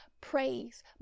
praise